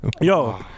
Yo